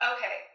Okay